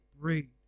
breed